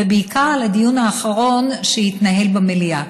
ובעיקר על הדיון האחרון שהתנהל במליאה.